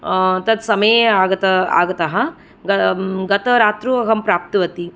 तत् समये आगत आगतः गतरात्रौ अहं प्राप्तवती